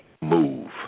move